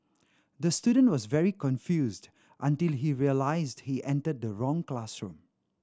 the student was very confused until he realised he entered the wrong classroom